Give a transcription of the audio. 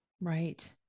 Right